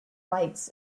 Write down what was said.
lights